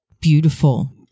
beautiful